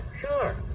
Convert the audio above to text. sure